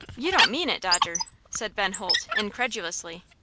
you don't mean it, dodger? said ben holt, incredulously.